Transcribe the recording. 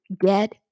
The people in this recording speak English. Get